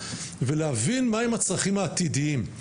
ולהבין מה הם הצרכים העתידיים.